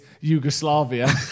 Yugoslavia